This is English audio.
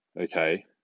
Okay